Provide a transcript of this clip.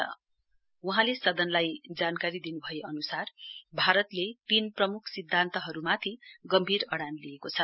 श्री सिंहले सदलाई जानकारी दिनुभए अनुसार भारतले तीन प्रमुख सिध्यान्तहरुमाथि गम्भीर अड़ान लिएको छ